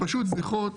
הן פשוט זניחות.